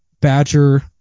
Badger